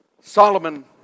Solomon